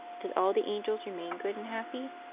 did all the angels remain good and happy?